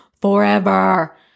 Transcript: forever